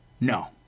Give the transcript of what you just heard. No